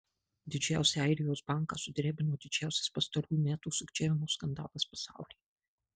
didžiausią airijos banką sudrebino didžiausias pastarųjų metų sukčiavimo skandalas pasaulyje